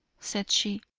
said she,